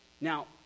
Now